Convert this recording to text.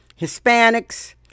Hispanics